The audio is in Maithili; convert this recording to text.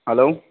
हेलो